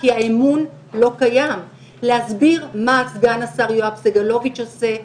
כי האמון לא קיים; להסביר מה סגן השר יואב סגלוביץ' עושה,